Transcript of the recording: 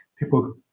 people